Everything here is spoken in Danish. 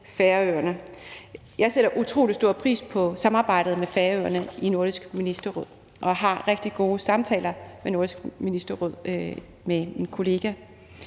Jeg sætter utrolig stor pris på samarbejdet med Færøerne i Nordisk Ministerråd, og jeg har rigtig gode samtaler med min kollega